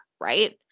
right